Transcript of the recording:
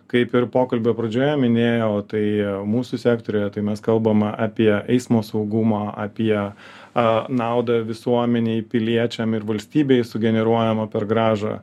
kaip ir pokalbio pradžioje minėjau tai mūsų sektoriuje tai mes kalbam apie eismo saugumo apie nauda visuomenei piliečiam ir valstybei sugeneruojama per grąžą